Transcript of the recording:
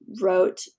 wrote